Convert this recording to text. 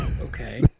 Okay